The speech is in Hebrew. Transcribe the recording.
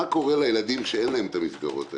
מה קורה לילדים שאין להם את המסגרות האלה?